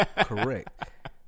correct